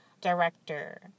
director